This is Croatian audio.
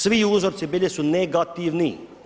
Svi uzorci bili su negativni.